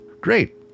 Great